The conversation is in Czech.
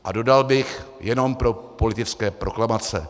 A dodal bych: Jenom pro politické proklamace.